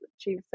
achieve